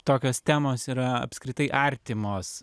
tokios temos yra apskritai artimos